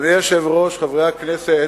אדוני היושב-ראש, חברי הכנסת,